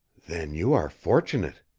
then you are fortunate,